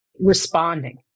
responding